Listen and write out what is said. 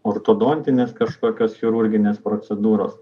ortodontinės kažkokios chirurginės procedūros